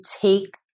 take